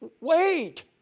wait